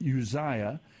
Uzziah